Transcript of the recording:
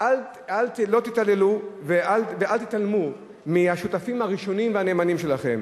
לא תתעללו ואל תתעלמו מהשותפים הראשונים והנאמנים שלכם,